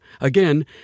Again